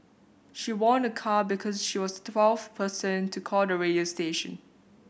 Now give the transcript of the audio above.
she won a car because she was the twelfth person to call the radio station